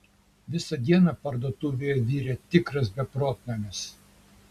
visą dieną parduotuvėje virė tikras beprotnamis